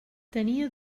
tenia